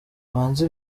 ubanza